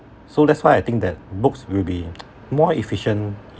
so that's why I think that books will be more efficient